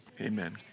Amen